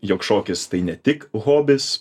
jog šokis tai ne tik hobis